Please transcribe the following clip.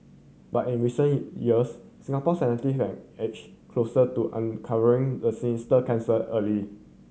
but in recent years Singapore have edged closer to uncovering the sinister cancer early